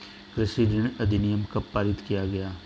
कृषि ऋण अधिनियम कब पारित किया गया?